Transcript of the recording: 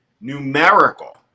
numerical